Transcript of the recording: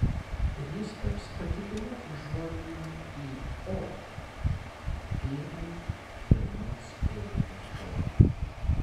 ir jis taps patikima užuomina į o pirmąjį pirmos eilutės žodį